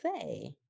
say